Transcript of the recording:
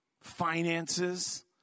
finances